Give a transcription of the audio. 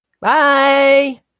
Bye